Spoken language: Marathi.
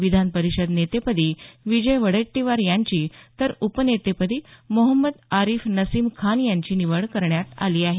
विधानपरिषद नेतेपदी विजय वडेट्टीवार याची तर उपनेतेपदी मोहम्मद आरीफ नसीम खान यांची निवड करण्यात आली आहे